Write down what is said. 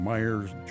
Myers